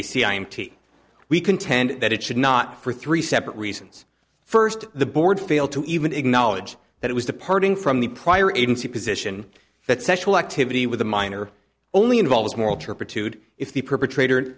a c i m t we contend that it should not for three separate reasons first the board failed to even acknowledge that it was departing from the prior agency position that sexual activity with a minor only involves moral turpitude if the perpetrator